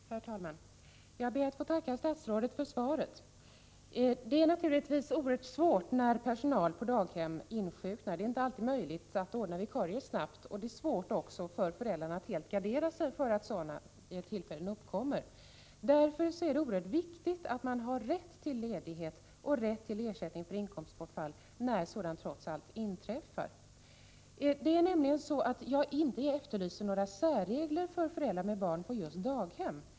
Herr talman! Jag ber att få tacka statsrådet för svaret. Det är naturligtvis oerhört svårt när personal på daghem insjuknar. Det är inte alltid möjligt att snabbt ordna vikarier, och det är svårt för föräldrarna att helt gardera sig för att sådana situationer uppstår. Därför är det oerhört viktigt att man har rätt till ledighet och rätt till ersättning för inkomstbortfall när sådant trots allt inträffar. Jag efterlyser inte några särregler för föräldrar med barn på just daghem.